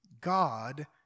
God